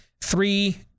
Three